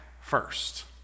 first